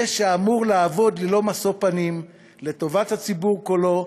זה שאמור לעבוד ללא משוא פנים לטובת הציבור כולו,